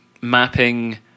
mapping